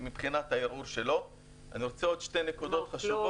זו חצי כוס.